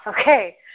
Okay